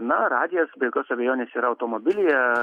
na radijas be jokios abejonės yra automobilyje